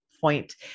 point